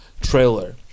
trailer